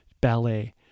ballet